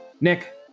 Nick